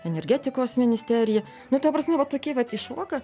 energetikos ministerija nu ta prasme va tokie kad iššoka